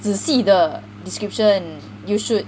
仔细的 description you should